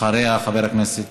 אחריה, חבר הכנסת